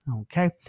Okay